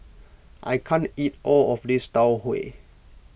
I can't eat all of this Tau Huay